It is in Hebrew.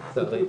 לצערנו.